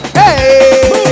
hey